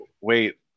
wait